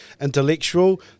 Intellectual